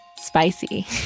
Spicy